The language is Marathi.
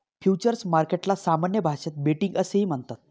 फ्युचर्स मार्केटला सामान्य भाषेत बेटिंग असेही म्हणतात